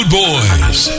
boys